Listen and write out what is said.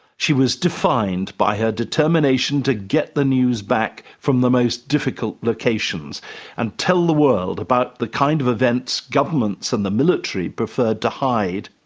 she was defined by her determination to get the news back from the most difficult locations and tell the world about the kind of events governments and the military preferred to hide.